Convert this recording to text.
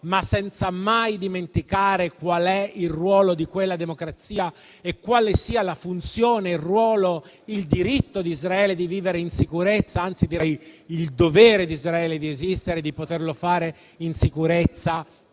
ma senza mai dimenticare qual è il ruolo di quella democrazia e quale siano la funzione, il ruolo, il diritto di Israele di vivere in sicurezza; anzi, il dovere di Israele di esistere e di poterlo fare in sicurezza,